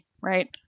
right